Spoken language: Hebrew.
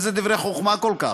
איזה דברי חוכמה כל כך?